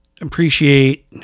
appreciate